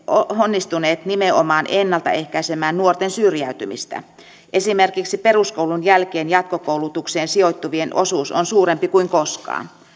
onnistuneet nimenomaan ennalta ehkäisemään nuorten syrjäytymistä esimerkiksi peruskoulun jälkeen jatkokoulutukseen sijoittuvien osuus on suurempi kuin koskaan